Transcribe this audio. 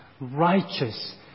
righteous